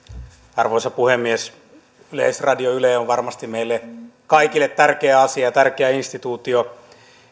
arvoisa puhemies yleisradio yle on varmasti meille kaikille tärkeä asia ja tärkeä instituutio